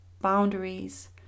boundaries